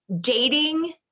dating